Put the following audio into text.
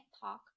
talk